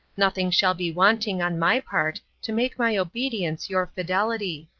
nothing shall be wanting on my part to make my obedience your fidelity.